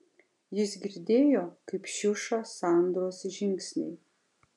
jis girdėjo kaip šiuša sandros žingsniai